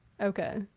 okay